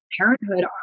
parenthood